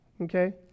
okay